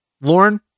Lauren